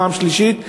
פעם שלישית.